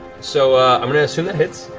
so i'm going to assume that hits.